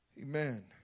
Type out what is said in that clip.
Amen